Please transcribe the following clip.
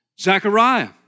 Zechariah